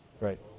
right